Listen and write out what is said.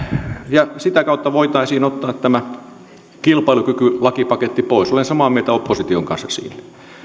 ja sitä kautta voitaisiin ottaa tämä kilpailukykylakipaketti pois olen samaa mieltä opposition kanssa siitä